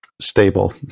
stable